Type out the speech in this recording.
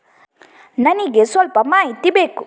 ನನಿಗೆ ಸ್ವಲ್ಪ ಮಾಹಿತಿ ಬೇಕು